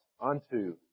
unto